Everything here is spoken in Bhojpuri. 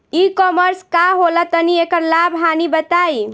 ई कॉमर्स का होला तनि एकर लाभ हानि बताई?